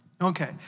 Okay